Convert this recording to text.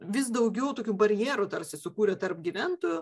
vis daugiau tokių barjerų tarsi sukūrė tarp gyventojų